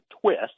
twist